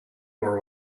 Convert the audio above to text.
more